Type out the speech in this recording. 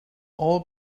all